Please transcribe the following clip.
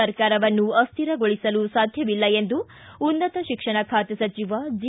ಸರ್ಕಾರವನ್ನು ಅಸ್ಹಿರಗೊಳಿಸಲು ಸಾಧ್ಯವಿಲ್ಲ ಎಂದು ಉನ್ನತ ಶಿಕ್ಷಣ ಖಾತೆ ಸಚಿವ ಜೆ